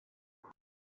تجارت